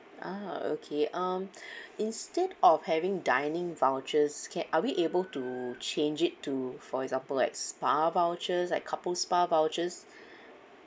ah okay um instead of having dining vouchers can are we able to change it to for example like spa vouchers like couple spa vouchers